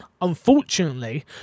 unfortunately